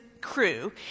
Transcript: crew